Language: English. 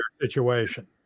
situation